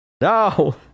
no